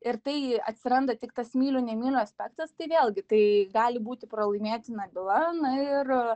ir tai atsiranda tik tas myliu nemyliu aspektas tai vėlgi tai gali būti pralaimėtina byla na ir